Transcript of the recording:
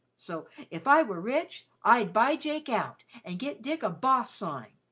so if i were rich, i'd buy jake out and get dick a boss sign,